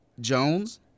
Jones